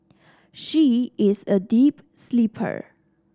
she is a deep sleeper